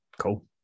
Cool